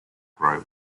grow